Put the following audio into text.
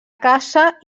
caça